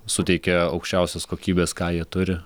suteikė aukščiausios kokybės ką jie turi